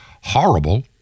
horrible